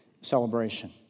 celebration